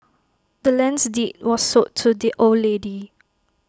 the land's deed was sold to the old lady